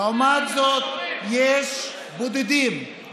לעומת זאת יש בודדים,